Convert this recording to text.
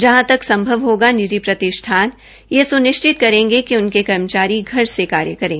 जहां तक संभव होगा निजी प्रतिष्ठान यह सुनिश्चित करेंगे कि उनके कर्मचारी घर से कार्य करें